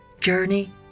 Journey